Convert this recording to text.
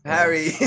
Harry